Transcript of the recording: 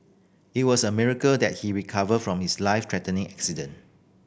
it was a miracle that he recovered from his life threatening accident